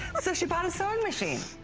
so she bought a sewing machine.